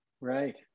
Right